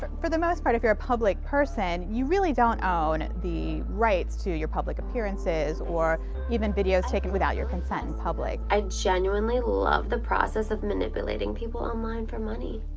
but for the most part, if you're a public person, you really don't own the rights to your public appearances or even videos taken without your consent in public. i genuinely love the process of manipulating people online for money.